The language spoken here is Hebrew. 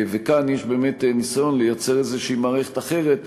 וכאן יש באמת ניסיון לייצר איזושהי מערכת אחרת,